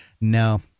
No